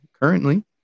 currently